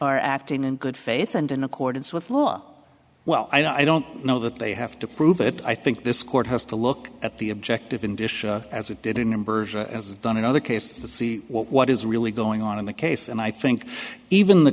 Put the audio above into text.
are acting in good faith and in accordance with law well i don't know that they have to prove it i think this court has to look at the objective in disha as it did in numbers as done in other cases to see what is really going on in the case and i think even the